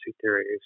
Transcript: theories